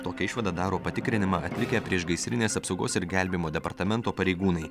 tokią išvadą daro patikrinimą atlikę priešgaisrinės apsaugos ir gelbėjimo departamento pareigūnai